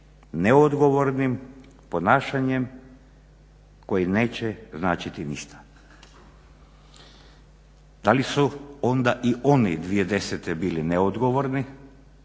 neodgovornim ponašanjem koje neće značiti ništa. Da li su onda i oni 2010. bili neodgovorni,